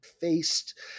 faced